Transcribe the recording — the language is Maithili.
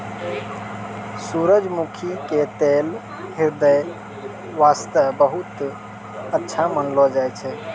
सूरजमुखी के तेल ह्रदय वास्तॅ बहुत अच्छा मानलो जाय छै